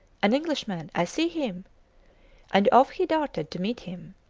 an englishman! i see him and off he darted to meet him.